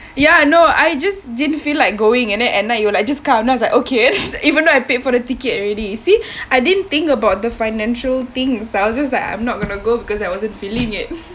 ya no I just didn't feel like going and then at night you were just like kinds of like okay even though I paid for the ticket already see I didn't think about the financial things I was just like I'm not gonna go because I wasn't feeling it